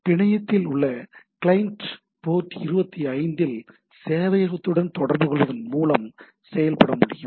பிணையத்தில் உள்ள client port 25 இல் சேவையகத்துடன் தொடர்புகொள்வதன் மூலம் செயல்பட முடியும்